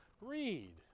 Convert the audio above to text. Read